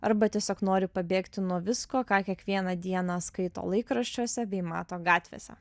arba tiesiog nori pabėgti nuo visko ką kiekvieną dieną skaito laikraščiuose bei mato gatvėse